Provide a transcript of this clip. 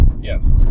Yes